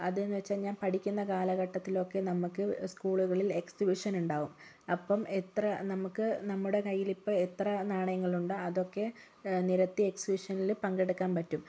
അതെന്ന് വെച്ചാൽ ഞാൻ പഠിക്കുന്ന കാലഘട്ടത്തിലൊക്കെ നമുക്ക് സ്കൂളുകളിൽ എക്സിബിഷൻ ഉണ്ടാകും അപ്പോൾ എത്ര നമുക്ക് നമ്മുടെ കയ്യിലിപ്പോൾ എത്ര നാണയങ്ങളുണ്ടോ അതൊക്കെ നിരത്തി എക്സിബിഷനിൽ പങ്കെടുക്കാൻ പറ്റും